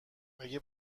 اگه